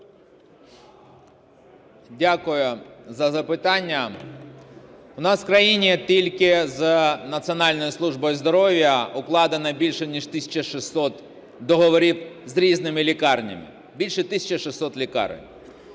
Дякую за запитання. У нас в країні тільки з Національною службою здоров'я укладено більше ніж 1 тисяча 600 договорів з різними лікарнями, більше 1 тисячі 600 лікарень.